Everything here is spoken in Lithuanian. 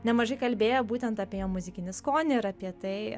nemažai kalbėję būtent apie muzikinį skonį ir apie tai